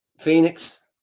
Phoenix